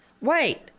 wait